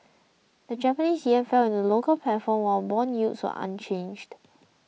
the Japanese yen fell in the local platform while bond yields were unchanged